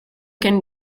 can